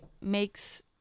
makes